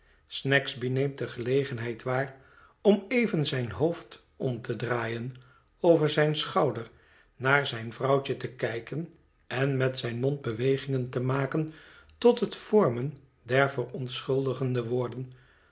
snagsby neemt de gelegenheid waar om even zijn hoofd om te draaien over zijn schouder naar zijn vrouwtje te kijken en met zijn mond bewegingen te maken tot het vormen der verontschuldigende woorden